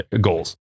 goals